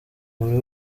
buri